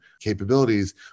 capabilities